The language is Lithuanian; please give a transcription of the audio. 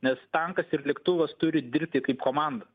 nes tankas ir lėktuvas turi dirbti kaip komanda